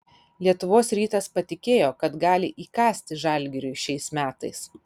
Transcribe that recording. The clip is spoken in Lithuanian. lietuvos rytas patikėjo kad gali įkasti žalgiriui šiais metais